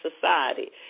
society